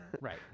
right